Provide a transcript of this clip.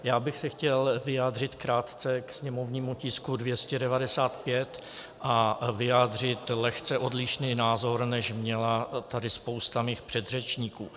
Já bych se chtěl vyjádřit krátce k sněmovnímu tisku 295 a vyjádřit lehce odlišný názor, než měla tady spousta mých předřečníků.